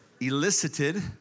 elicited